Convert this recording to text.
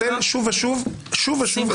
אתה מנצל שוב ושוב את טוב ליבי.